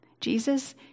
Jesus